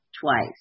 twice